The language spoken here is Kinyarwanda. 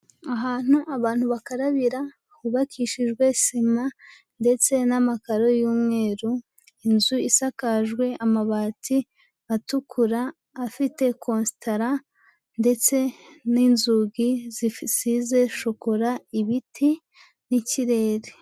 Ahantu abantu bakarabira, hubakishijwe sima, ndetse n'amakaro y'umweru. Inzu isakajwe amabati atukura, afite cositara, ndetse n'inzugi zisize shokora, ibiti n'ikirere.